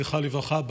זכרה לברכה,